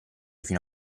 fino